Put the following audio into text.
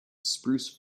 spruce